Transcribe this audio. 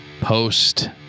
post